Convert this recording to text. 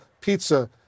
pizza